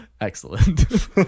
Excellent